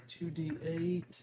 2d8